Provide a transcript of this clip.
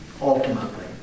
ultimately